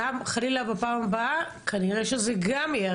גם חלילה בפעם הבאה כנראה שזה גם יהיה,